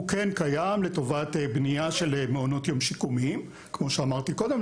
הוא כן קיים לטובת בנייה של מעונות יום שיקומיים לפעוטות.